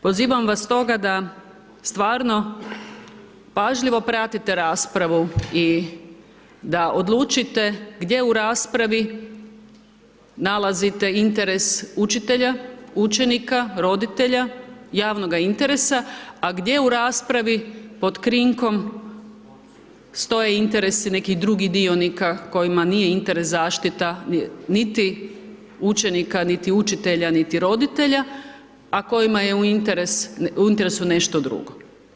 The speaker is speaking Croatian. Pozivam vas stoga da stvarno pažljivo pratite raspravu i da odlučite gdje u raspravi nalazite interes učitelja, učenika, roditelja javnoga interesa, a gdje u raspravi pod krinkom stoje interesi nekih drugih dionika kojima nije interes zaštita niti učenika, niti učitelja, niti roditelja, a kojima je u interesu nešto drugo.